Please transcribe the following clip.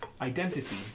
identity